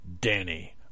danny